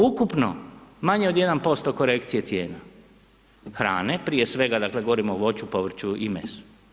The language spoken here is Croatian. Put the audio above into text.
Ukupno manje od 1% korekcije cijena hrane, prije svega dakle govorimo o voću, povrću i mesu.